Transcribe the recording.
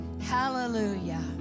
Hallelujah